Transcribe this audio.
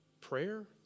prayer